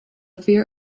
fear